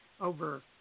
over